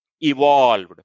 evolved